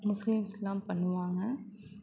முஸ்லீம்ஸ்லாம் பண்ணுவாங்க